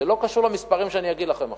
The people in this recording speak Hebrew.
זה לא קשור למספרים שאני אגיד לכם עכשיו.